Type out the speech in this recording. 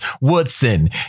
Woodson